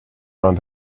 around